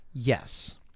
Yes